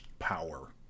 power